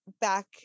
back